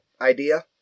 idea